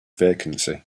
vacancy